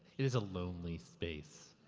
it is a lonely space.